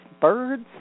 birds